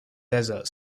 desert